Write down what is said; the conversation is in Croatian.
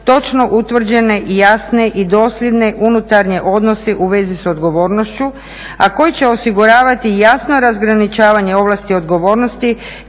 točno utvrđene i jasne, i dosljedne unutarnje odnose u vezi s odgovornošću a koji će osiguravati jasno razgraničavanje ovlasti odgovornosti